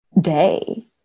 day